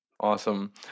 Awesome